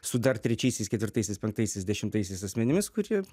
su dar trečiaisiais ketvirtaisiais penktaisiais dešimtaisiais asmenimis kurie